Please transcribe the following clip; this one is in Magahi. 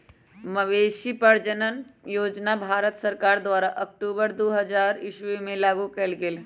मवेशी प्रजजन योजना भारत सरकार द्वारा अक्टूबर दू हज़ार ईश्वी में लागू कएल गेल